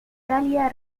cálida